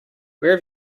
where